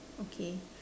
okay